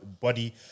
body